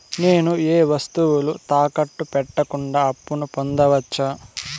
నేను ఏ వస్తువులు తాకట్టు పెట్టకుండా అప్పును పొందవచ్చా?